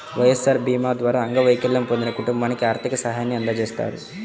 వైఎస్ఆర్ భీమా ద్వారా అంగవైకల్యం పొందిన కుటుంబానికి ఆర్థిక సాయాన్ని అందజేస్తారు